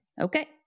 Okay